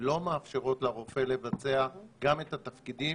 שלא מאפשרות לרופא לבצע גם את התפקידים